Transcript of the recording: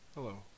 Hello